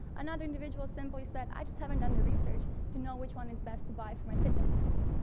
another individual simply said, i just haven't done the research to know which one is best to buy for my fitness goals.